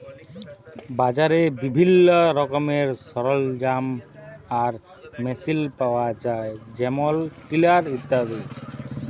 বাজারে বিভিল্ল্য রকমের সরলজাম আর মেসিল পাউয়া যায় যেমল টিলার ইত্যাদি